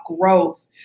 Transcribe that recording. growth